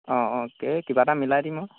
অ অ কে কিবা এটা মিলাই দিম মই